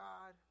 God